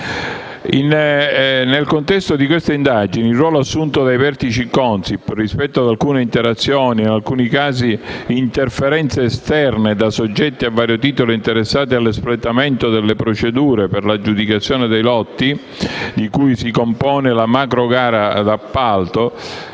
In questo contesto, il ruolo assunto dai vertici Consip rispetto ad alcune interazioni e, in alcuni casi, interferenze esterne da soggetti a vario titolo interessati all'espletamento delle procedure per l'aggiudicazione dei lotti di cui si compone la macro gara d'appalto